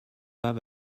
have